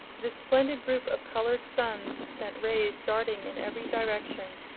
this splendid group of colored suns sent rays darting in every direction,